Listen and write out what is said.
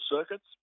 circuits